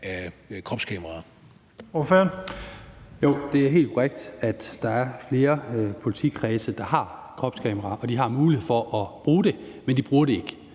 af kropskameraer?